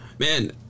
Man